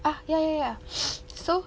ah yeah yeah yeah so